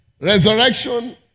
Resurrection